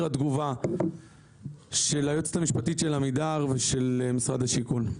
התגובה של היועצת המשפטית של עמידר ושל משרד השיכון.